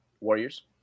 Warriors